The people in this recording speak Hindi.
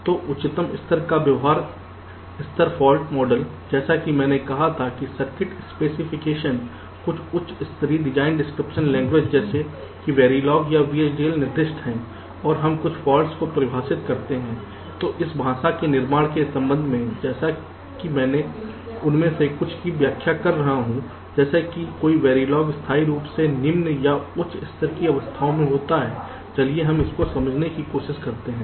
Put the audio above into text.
तो उच्चतम स्तर का व्यवहार स्तर फाल्ट मॉडल जैसा कि मैंने कहा था कि सर्किट स्पेसिफिकेशन कुछ उच्च स्तरीय डिज़ाइन डिस्क्रिप्शन लैंग्वेज जैसे कि वेरिलोग या वीएचडीएल में निर्दिष्ट है और हम कुछ फॉल्ट्स को परिभाषित करते हैं जो इस भाषा के निर्माण के संबंध में हैं जैसे कि मैं उनमें से कुछ की व्याख्या कर रहा हूं जैसे कि कोई वेरिएबल स्थायी रूप से निम्न या उच्च स्तर की अवस्थाओं में होता है चलिए हम इसको समझाने की कोशिश करते हैं